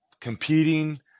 competing